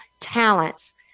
talents